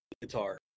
guitar